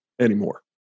Anymore